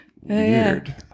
Weird